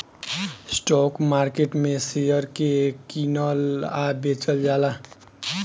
stock market में share के कीनल आ बेचल जाला